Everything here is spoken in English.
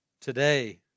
today